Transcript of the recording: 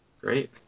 Great